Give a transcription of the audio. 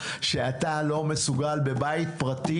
שאתה לא מסוגל בבית פרטי,